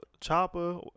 Chopper